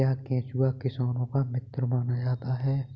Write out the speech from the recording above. क्या केंचुआ किसानों का मित्र माना जाता है?